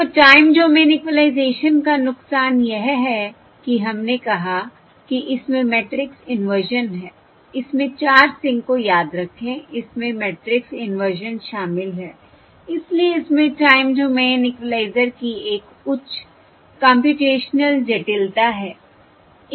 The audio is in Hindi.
और टाइम डोमेन इक्वलाइजेशन का नुकसान यह है कि हमने कहा कि इसमें मैट्रिक्स इनवर्जन है इसमें 4 सिंक को याद रखें इसमें मैट्रिक्स इनवर्जन शामिल है इसलिए इसमें टाइम डोमेन इक्विलाइज़र की एक उच्च कम्प्यूटेशनल जटिलता है